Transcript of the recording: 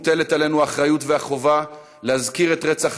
מוטלות עלינו האחריות והחובה להזכיר את רצח